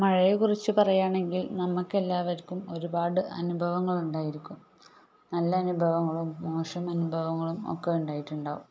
മഴയെ കുറിച്ച് പറയാനാണെങ്കിൽ നമുക്ക് എല്ലാവർക്കും ഒരുപാട് അനുഭവങ്ങളുണ്ടായിരിക്കും നല്ല അനുഭവങ്ങളും മോശം അനുഭവങ്ങളും ഒക്കെ ഉണ്ടായിട്ടുണ്ടാവും